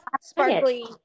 sparkly